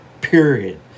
period